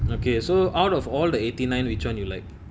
okay so out of all the eighty nine which one you like